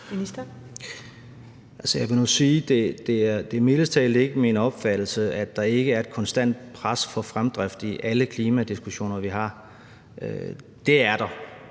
Jeg vil nu sige, at det mildest talt ikke er min opfattelse, at der ikke er et konstant pres for fremdrift i alle de klimadiskussioner, vi har. Det er der,